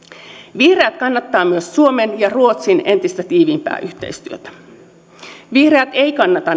vihreät kannattaa myös suomen ja ruotsin entistä tiiviimpää yhteistyötä vihreät ei kannata